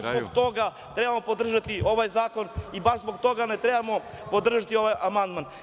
Baš zbog toga trebamo podržati ovaj zakon i baš zbog toga ne trebamo podržati ovaj amandman.